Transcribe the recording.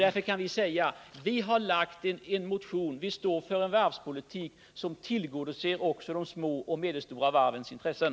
Därför kan vi säga: Vi står för en varvspolitik som tillgodoser också de små och medelstora varvens intressen.